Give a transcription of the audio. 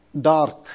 Dark